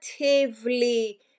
relatively